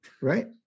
Right